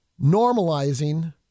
normalizing